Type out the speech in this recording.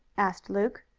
asked luke.